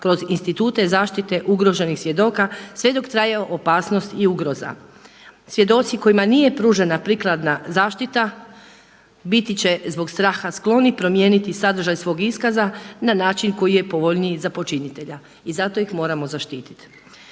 kroz institute zaštite ugroženih svjedoka sve dok traje opasnost i ugroza. Svjedoci kojima nije pružna prikladna zaštita biti će zbog straha skloni promijeniti sadržaj svog iskaza na način koji je povoljniji za počinitelja i zato ih moram zaštitit.